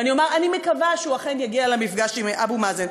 ואני אומר: אני מקווה שהוא אכן יגיע למפגש עם אבו מאזן.